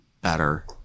better